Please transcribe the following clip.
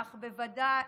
אך בוודאי,